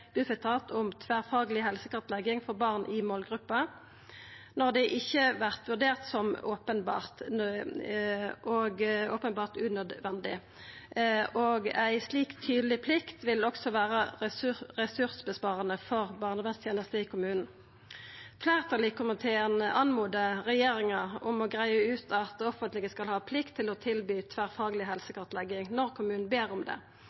Bufetat om tverrfagleg helsekartlegging for barn i målgruppa, når dette ikkje vert vurdert som openbert unødvendig. Ei slik tydeleg plikt vil også vera ressurssparande for barnevernstenestene i kommunane. Fleirtalet i komiteen oppmodar regjeringa til å greia ut om det offentlege skal ha plikt til å tilby tverrfagleg helsekartlegging når kommunane ber om det.